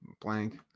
blank